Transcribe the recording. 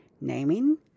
naming